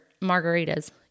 margaritas